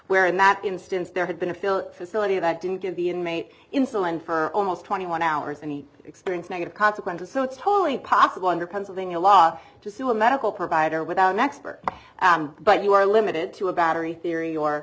where in that instance there had been a fill facility that didn't give the inmate insulin for almost twenty one hours and experience negative consequences so it's wholly possible under pennsylvania law to sue a medical provider without an expert but you are limited to a battery theory or